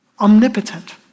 Omnipotent